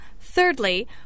Thirdly